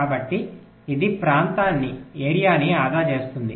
కాబట్టి ఇది ప్రాంతాన్ని ఆదా చేస్తుంది